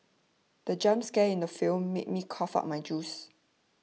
the jump scare in the film made me cough out my juice